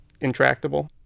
intractable